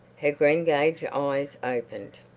her greengage eyes opened.